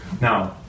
Now